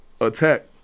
attack